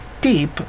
deep